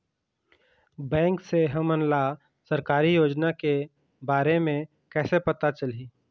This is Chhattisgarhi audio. बैंक से हमन ला सरकारी योजना के बारे मे कैसे पता चलही?